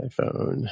iPhone